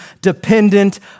dependent